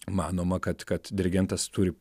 manoma kad kad dirigentas turi